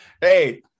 Hey